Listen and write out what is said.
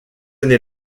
année